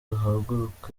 duhaguruke